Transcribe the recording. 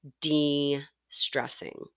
de-stressing